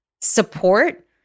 support